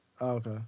Okay